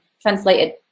translated